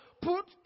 put